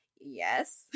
Yes